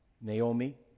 Naomi